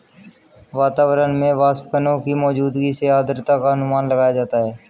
वातावरण में वाष्पकणों की मौजूदगी से आद्रता का अनुमान लगाया जाता है